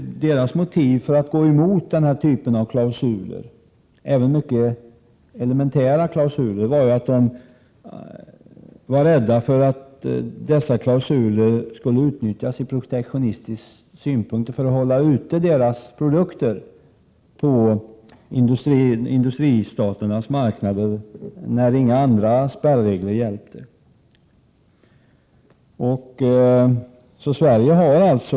Deras motiv för att gå emot denna typ av klausuler, även mycket elementära sådana, var att de var rädda för att klausulerna skulle utnyttjas i protektionistiskt syfte, för att hålla deras produkter utanför industristaternas marknader när inga andra spärregler hjälpte.